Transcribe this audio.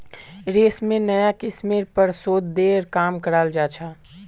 रेशमेर नाया किस्मेर पर शोध्येर काम कराल जा छ